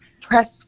press